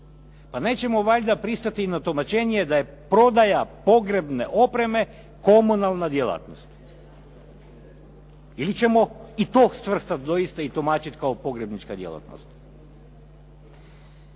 Pa nećemo valjda pristati i na tumačenje da je prodaja pogrebne opreme komunalna djelatnost? Ili ćemo i to svrstati doista i tumačiti kao pogrebnička djelatnost?